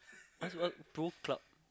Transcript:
might as well go club